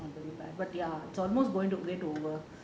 but ya it's almost going to be over